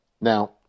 Now